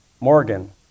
Morgan